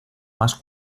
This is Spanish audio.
más